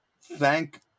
thank